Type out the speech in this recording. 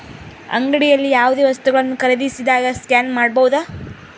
ಅಂಗಡಿಯಲ್ಲಿ ಯಾವುದೇ ವಸ್ತುಗಳನ್ನು ಖರೇದಿಸಿದಾಗ ಸ್ಕ್ಯಾನ್ ಮಾಡಬಹುದಾ?